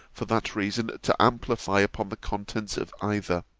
for that reason, to amplify upon the contents of either.